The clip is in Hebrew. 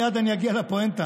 מייד אני אגיע לפואנטה.